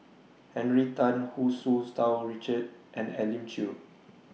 Henry Tan Hu Tsu Tau Richard and Elim Chew